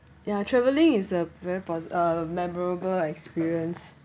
ya travelling is a very posi~ uh memorable experience